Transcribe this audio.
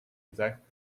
exact